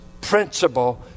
principle